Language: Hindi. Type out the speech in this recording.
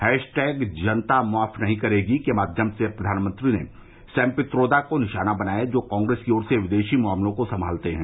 हैशटैग जनता माफ नहीं करेगी के माध्यम से प्रधानमंत्री ने सैम पित्रोदा को निशाना बनाया जो कांग्रेस की ओर से विदेश मामलों को संभालते है